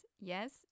yes